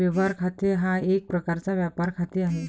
व्यवहार खाते हा एक प्रकारचा व्यापार खाते आहे